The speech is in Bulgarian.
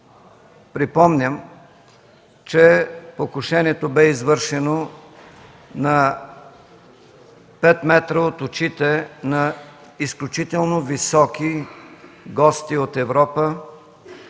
Припомням, че покушението бе извършено на 5 м от очите на изключително високи гости от Европа